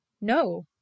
No